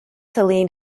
helene